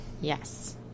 Yes